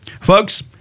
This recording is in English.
Folks